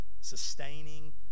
sustaining